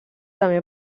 també